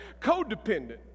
codependent